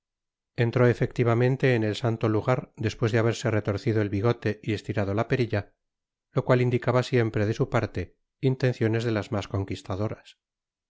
entró efectivamente en el santo lugar despues de haberse retorcido el bigote y estirado la perilla lo cual indicaba siempre de su parte intenciones de las mas conquistadoras